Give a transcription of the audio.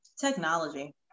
Technology